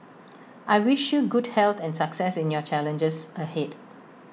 I wish you good health and success in your challenges ahead